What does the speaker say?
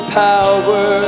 power